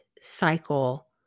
cycle